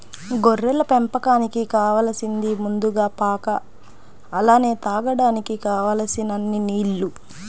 గొర్రెల పెంపకానికి కావాలసింది ముందుగా పాక అలానే తాగడానికి కావలసినన్ని నీల్లు